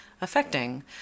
affecting